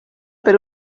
per